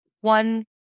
one